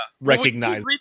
recognize